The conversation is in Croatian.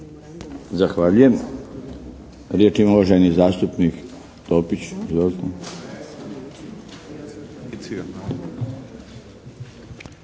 Zahvaljujem. Riječ ima uvaženi zastupnik Topić.